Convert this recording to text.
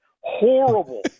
Horrible